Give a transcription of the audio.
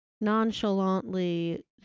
nonchalantly